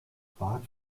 bad